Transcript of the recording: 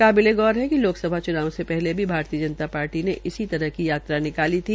काबिलेगौर है लोकसभा च्नावों से पहले भी भारतीय जनता पार्टी ने इसी तरह की यात्रा निकाली थी